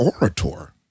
orator